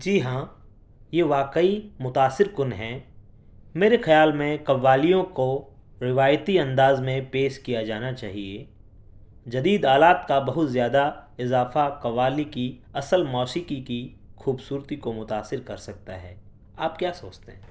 جی ہاں یہ واقعی متأثر کن ہے میرے خیال میں قوالیوں کو روایتی انداز میں پیش کیا جانا چاہیے جدید آلات کا بہت زیادہ اضافہ قوالی کی اصل موسیقی کی خوبصورتی کو متأثر کر سکتا ہے آپ کیا سوچتے ہیں